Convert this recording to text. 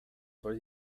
for